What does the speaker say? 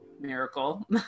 miracle